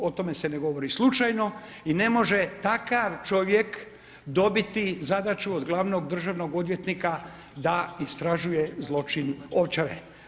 O tome se ne govori slučajno i ne može takav čovjek dobiti zadaću od glavnog državnog odvjetnika da istražuje zločin Ovčare.